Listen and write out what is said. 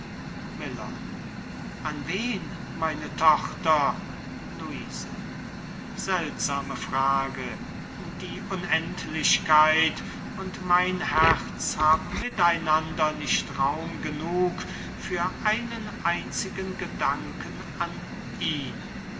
miller an wen meine tochter luise seltsame frage die unendlichkeit und mein herz haben mit einander nicht raum genug für einen einzigen gedanken an ihn wenn